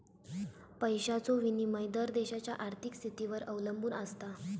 पैशाचो विनिमय दर देशाच्या आर्थिक स्थितीवर अवलंबून आसता